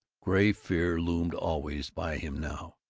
gray fear loomed always by him now.